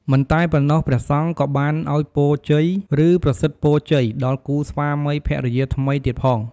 មិនតែប៉ុណ្ណោះព្រះសង្ឃក៏បានឲ្យពរជ័យ ឬប្រសិទ្ធពរជ័យ ដល់គូស្វាមីភរិយាថ្មីទៀតផង។